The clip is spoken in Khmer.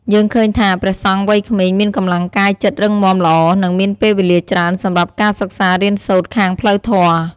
យើងឃើញថា ព្រះសង្ឃវ័យក្មេងមានកម្លាំងកាយចិត្តរឹងមាំល្អ និងមានពេលវេលាច្រើនសម្រាប់ការសិក្សារៀនសូត្រខាងផ្លូវធម៌។